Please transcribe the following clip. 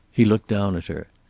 he looked down at her.